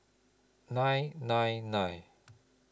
nine nine nine